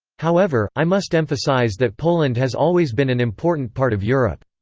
however, i must emphasise that poland has always been an important part of europe.